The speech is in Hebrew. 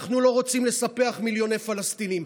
אנחנו לא רוצים לספח מיליוני פלסטינים,